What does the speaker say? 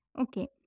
Okay